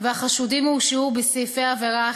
והחשודים הורשעו בסעיפי עבירה אחרים,